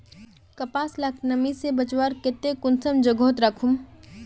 कपास लाक नमी से बचवार केते कुंसम जोगोत राखुम?